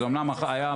זה היה ברפורמות.